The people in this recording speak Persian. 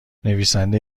نویسنده